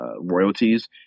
royalties